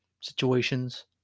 situations